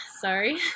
sorry